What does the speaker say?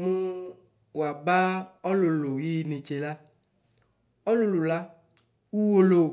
Mʋ waba ɔlʋlʋ inetse la ʋwolowo